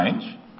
change